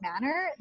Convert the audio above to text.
manner